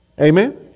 amen